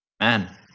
man